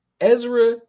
ezra